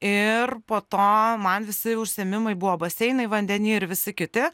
ir po to man visi užsiėmimai buvo baseinai vandeny ir visi kiti